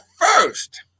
first